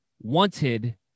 wanted